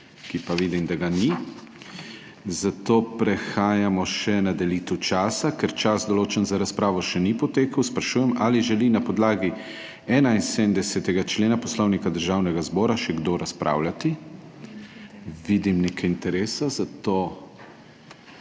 ki pa vidim, da ga ni, zato prehajamo še na delitev časa. Ker čas, določen za razpravo še ni potekel, sprašujem, ali želi na podlagi 71. člena Poslovnika Državnega zbora še kdo razpravljati? Vidim nekaj interesa, zato